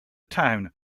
town